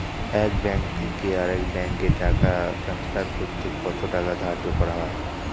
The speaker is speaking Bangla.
এক ব্যাংক থেকে আরেক ব্যাংকে টাকা টান্সফার করতে কত টাকা ধার্য করা হয়?